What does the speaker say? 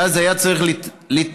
ואז היה צריך להביא,